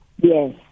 Yes